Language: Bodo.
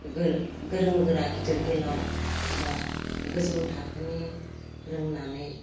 गोरों गोरा गिदिर गोलाव बा गोजौ थाखोनि रोंनानै